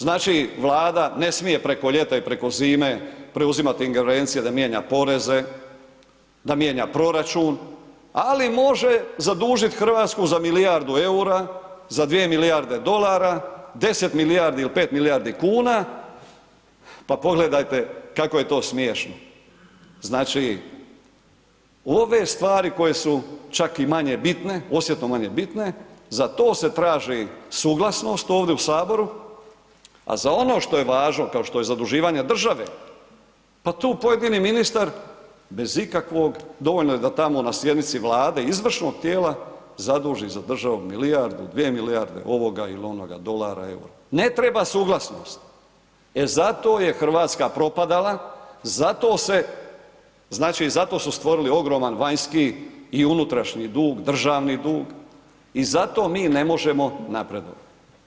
Znači Vlada ne smije preko ljeta i preko zime preuzimati ingerencije da mijenja poreze, da mijenja proračun, ali može zadužit RH za milijardu EUR-a, za dvije milijarde dolara, 10 milijardi il 5 milijardi kuna, pa pogledajte kako je to smiješno, znači ove stvari koje su čak i manje bitne, osjetno manje bitne za to se traži suglasnost ovdje u HS, a za ono što je važno kao što je zaduživanje države, pa tu pojedini ministar bez ikakvog, dovoljno je da tamo na sjednici Vlade izvršnog tijela zaduži za državu milijardu, dvije milijarde ovoga il onoga dolara, ne treba suglasnost, e zato je RH propadala, zato se, znači za to su stvorili ogroman vanjski i unutrašnji dug, državni dug i zato mi ne možemo napredovat.